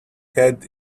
head